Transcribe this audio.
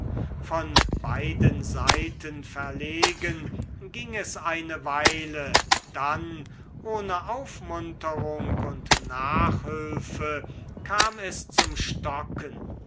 von beiden seiten verlegen ging es eine weile dann ohne aufmunterung und nachhülfe kam es zum stocken